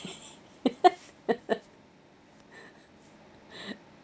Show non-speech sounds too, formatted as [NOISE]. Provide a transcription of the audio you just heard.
[LAUGHS]